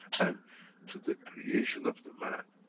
and to the creation of the man,